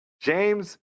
James